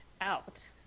out